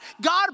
God